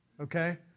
okay